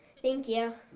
thank you.